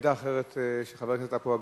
עמדה אחרת של חבר הכנסת עפו אגבאריה,